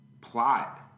plot